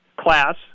class